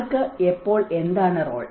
ആർക്ക് എപ്പോൾ എന്താണ് റോൾ